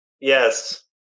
Yes